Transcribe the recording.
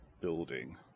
building